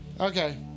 Okay